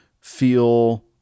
feel